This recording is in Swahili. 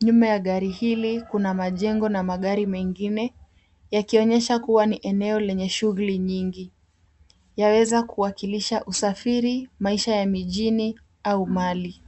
Nyuma ya gari hili kuna majengo na magari mengine yakionyesha kuwa ni eneo lenye shughuli nyingi yaweza kuwakilisha usafiri, maisha ya mijini au mali.